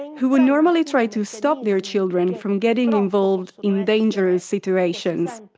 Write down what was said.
who would normally try to stop their children from getting involved in dangerous situations.